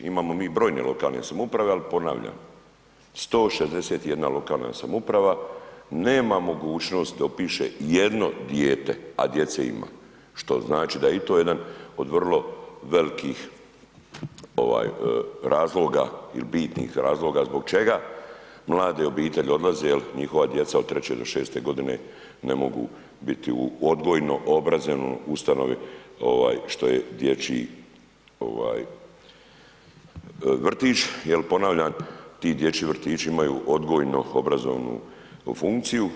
Imamo mi brojne lokalne samouprave, ali ponavljam, 161 lokalna samouprava, nema mogućnosti da upiše jedno dijete, a djece ima, što znači da je i to jedan od vrlo velikih razloga ili bitnih razloga, zbog čega mlade obitelji odlaze, jer njihova djeca od 3-6 g. ne mogu biti u odgojno obrazovnoj ustanovi, što je dječji vrtić, jer ponavljam, ti dječji vrtići, imaju odgojnu obrazovnu funkciju.